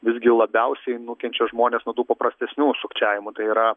visgi labiausiai nukenčia žmonės nuo tų paprastesnių sukčiavimų tai yra